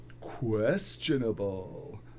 questionable